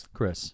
Chris